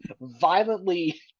violently